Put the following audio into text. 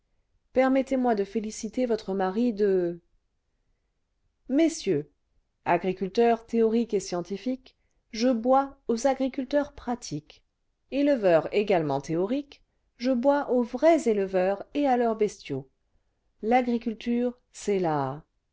permettez-moi de féliciter votre mari de messieurs agriculteur théorique et scientifique je bois aux agriculteurs pratiques éleveur également théorique je bois aux vrais éleveurs et à leurs bestiaux l'agriculture c'est la